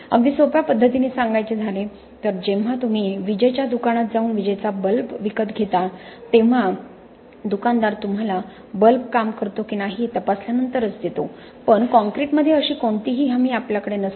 अगदी सोप्या पद्धतीने सांगायचे झाले तर जेव्हा तुम्ही विजेच्या दुकानात जाऊन विजेचा बल्ब विकत घेता तेव्हा दुकानदार तुम्हाला बल्ब काम करतो की नाही हे तपासल्यानंतरच देतो पण काँक्रीटमध्ये अशी कोणतीही हमी आमच्याकडे नसते